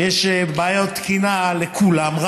ויש בעיות תקינה לכולם,